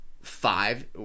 five